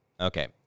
Okay